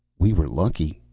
we were lucky,